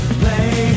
play